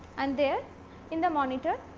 and there in the monitor,